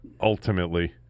ultimately